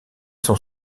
sont